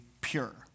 pure